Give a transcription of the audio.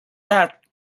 that